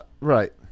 Right